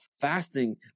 Fasting